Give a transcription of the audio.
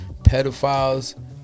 pedophiles